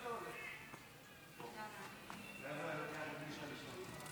לילה טוב.